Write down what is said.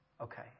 okay